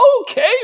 okay